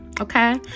Okay